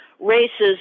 races